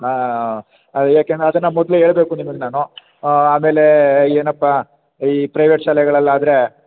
ಅದು ಯಾಕೆಂದ್ರೆ ಅದನ್ನು ಮೊದ್ಲು ಹೇಳಬೇಕು ನಿಮಗೆ ನಾನು ಆಮೇಲೆ ಏನಪ್ಪ ಈ ಪ್ರೈವೇಟ್ ಶಾಲೆಗಳಲ್ಲಾದರೆ